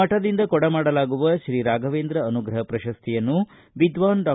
ಮಠದಿಂದ ಕೊಡಮಾಡಲಾಗುವ ಶ್ರೀ ರಾಘವೇಂದ್ರ ಅನುಗ್ರಹ ಪ್ರಶಸ್ತಿಯನ್ನು ವಿದ್ವಾನ್ ಡಾ